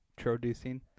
Introducing